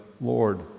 Lord